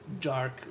dark